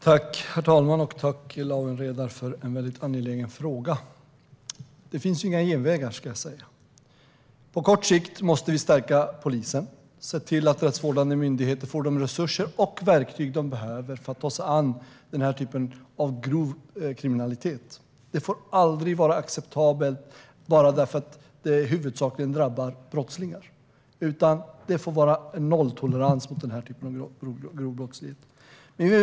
Herr talman! Tack, Lawen Redar, för en väldigt angelägen fråga! Det finns inga genvägar. På kort sikt måste vi stärka polisen och se till att rättsvårdande myndigheter får de resurser och verktyg som de behöver för att ta sig an den här typen av grov kriminalitet. Våld får aldrig vara acceptabelt bara därför att det huvudsakligen drabbar brottslingar. Det måste vara nolltolerans mot den här typen av grov brottslighet.